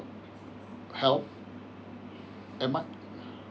help am I